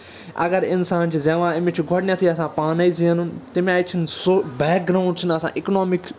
اَگر اِنسان چھُ زٮ۪وان أمِس چھُ گۄڈٕنٮ۪تھٕے آسان پانے زینُن تَمہِ آیہِ چھُہٕ سُہ بٮ۪ک گروُنڈ چھُنہٕ آسان اِکنامِک